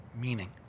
meaning